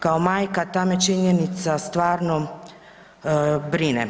Kao majka ta me činjenica stvarno brine.